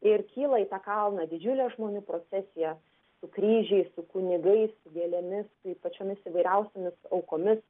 ir kyla į tą kalną didžiulė žmonių procesija su kryžiais su kunigais su gėlėmis ir pačiomis įvairiausiomis aukomis